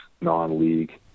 non-league